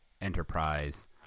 Enterprise